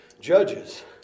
Judges